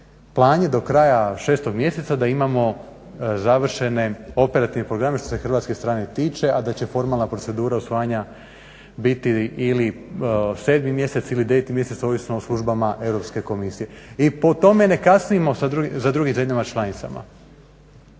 Plan je do kraja 6.mjeseca da imamo završene operativne programe što se hrvatske strane tiče, a da će formalna procedura usvajanja biti ili 7.ili 9.mjesece ovisno o službama EU komisije i po tome ne kasnimo za drugim zemljama članicama.